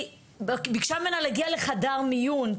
היא ביקשה ממנה להגיע לחדר מיון,